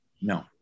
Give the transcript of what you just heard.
No